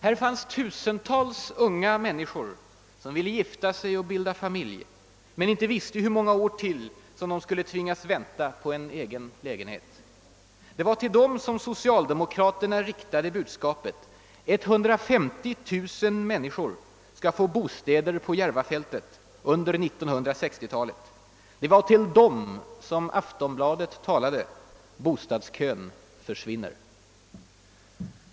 Här fanns tusentals unga människor, som ville gifta sig och bilda familj — men som inte visste i hur många år de ytterligare skulle tvingas vänta på en lägenhet. Det var till dem som socialdemokraterna riktade bud skapet: 150 000 personer skall få bostäder på Järvafältet under 1960-talet. Det var till dem som Aftonbladet talade: Bostadskön försvinner!